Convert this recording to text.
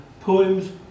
Poems